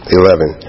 eleven